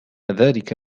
ذلك